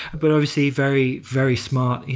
but obviously very, very smart. you